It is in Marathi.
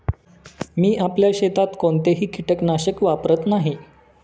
मी आपल्या शेतात कोणतेही कीटकनाशक वापरत नाही